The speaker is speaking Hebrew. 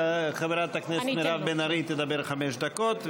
חברת הכנסת מירב בן ארי תדבר חמש דקות,